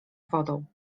wodą